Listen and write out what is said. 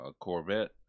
Corvette